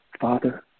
Father